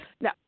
Now